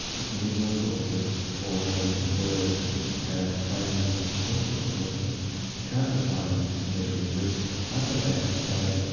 you can use all sorts of formulae and words and phrases and and all sorts of things, but you can't define that measure of risk other than to say,